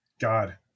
God